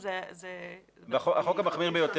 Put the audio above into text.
החוק המחמיר ביותר